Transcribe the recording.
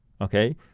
okay